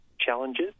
challenges